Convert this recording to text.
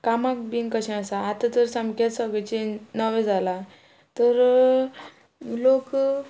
कामाक बीन कशें आसा आतां तर सामकें सगळे चेंज नवें जालां तर लोक